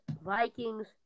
Vikings